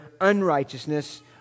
unrighteousness